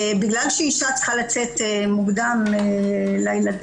בגלל שאישה צריכה לצאת מוקדם לילדים,